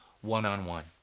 one-on-one